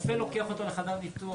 הרופא לוקח אותו לחדר הניתוח.